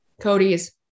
cody's